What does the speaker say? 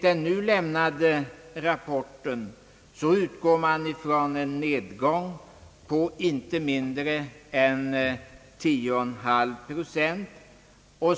I den nu lämnade rapporten räknar man med en nedgång på inte mindre än 10,5 procent.